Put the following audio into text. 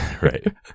right